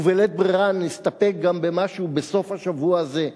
ובלית ברירה נסתפק גם במשהו בסוף השבוע הזה,